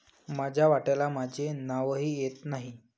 माझ्या वाट्याला माझे नावही येत नाही